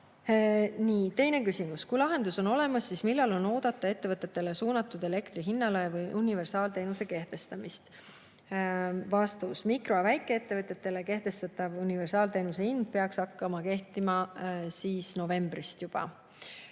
Teine küsimus: "Kui lahendus on olemas, siis millal on oodata ettevõtetele suunatud elektri hinnalae või universaalteenuse kehtestamist?" Vastus: mikro‑ ja väikeettevõtetele kehtestatav universaalteenuse hind peaks hakkama kehtima juba novembrist.